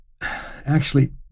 Actually